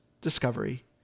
discovery